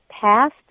past